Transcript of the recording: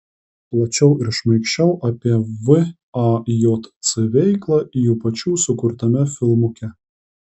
plačiau ir šmaikščiau apie vajc veiklą jų pačių sukurtame filmuke